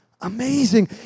amazing